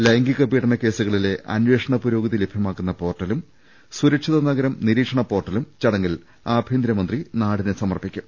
ലൈംഗിക പീഡന കേസുകളിലെ അന്വേഷണ പുരോ ഗതി ലഭ്യമാക്കുന്ന പോർട്ടലും സുരക്ഷിത നഗരം നിരീക്ഷണ പോർട്ടലും ചടങ്ങിൽ ആഭ്യന്തര മന്ത്രി നാടിന് സമർപ്പിക്കും